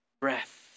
Breath